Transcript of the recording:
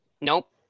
nope